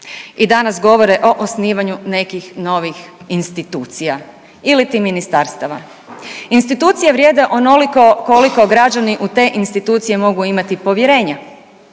I danas govore o osnivanju nekih novih institucija iliti ministarstava. Institucije vrijede onoliko koliko građani u te institucije mogu imati povjerenja,